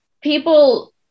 people